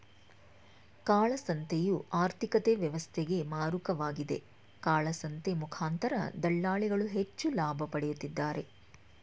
ಕಾಳಸಂತೆಯು ಆರ್ಥಿಕತೆ ವ್ಯವಸ್ಥೆಗೆ ಮಾರಕವಾಗಿದೆ, ಕಾಳಸಂತೆ ಮುಖಾಂತರ ದಳ್ಳಾಳಿಗಳು ಹೆಚ್ಚು ಲಾಭ ಪಡೆಯುತ್ತಿದ್ದಾರೆ